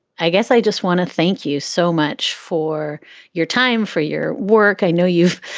i guess i just want to thank you so much for your time, for your work. i know you've.